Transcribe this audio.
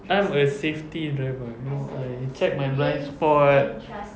I'm a safety driver you know I check my blindspot